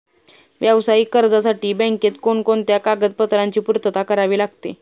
व्यावसायिक कर्जासाठी बँकेत कोणकोणत्या कागदपत्रांची पूर्तता करावी लागते?